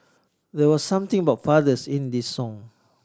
there was something about fathers in this song